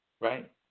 Right